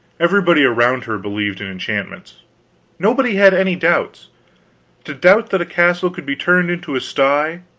everybody around her believed in enchantments nobody had any doubts to doubt that a castle could be turned into a sty,